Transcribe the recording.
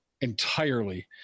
entirely